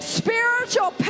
spiritual